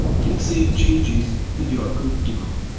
click save changes and you are good to go.